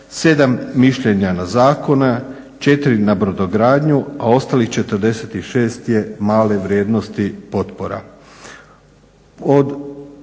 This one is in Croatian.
7 mišljenja na zakone, 4 na brodogradnju, a ostalih 46 je male vrijednosti potpora.